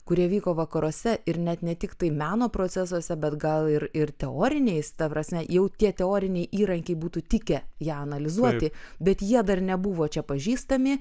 kurie vyko vakaruose ir net ne tiktai meno procesuose bet gal ir ir teoriniais ta prasme jau tie teoriniai įrankiai būtų tikę ją analizuoti bet jie dar nebuvo čia pažįstami